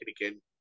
again